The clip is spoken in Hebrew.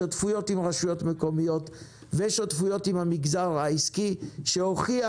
שותפויות עם רשויות מקומיות ושותפויות עם המגזר העסקי שהוכיח